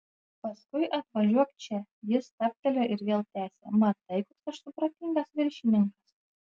paskui atvažiuok čia jis stabtelėjo ir vėl tęsė matai koks aš supratingas viršininkas